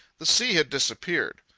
the sea had disappeared.